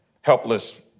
helpless